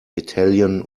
italian